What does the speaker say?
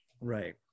right